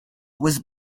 was